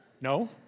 No